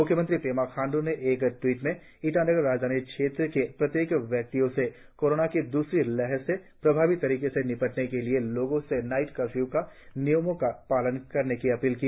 म्ख्यमंत्री पेमा खाण्ड् ने अपने एक ट्वीट में ईटानगर राजधानी क्षेत्र के प्रत्येक व्यक्ति से कोरोना की दूसरी लहर से प्रभावी तरीके से निपटने के लिए लोगों से नाईट कर्फ्यू के नियमों का पालन करने की अपील की